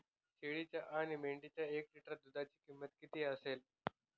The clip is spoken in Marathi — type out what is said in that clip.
शेळीच्या आणि मेंढीच्या एक लिटर दूधाची किंमत किती असते?